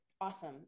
awesome